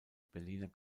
berliner